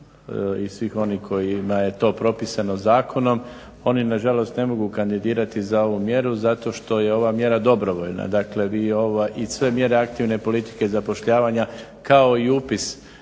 i svih onih kojima je to propisano zakonom oni nažalost ne mogu kandidirati za ovu mjeru zato što je ova mjera dobrovoljna i sve mjere aktivne politike zapošljavanja kao i upis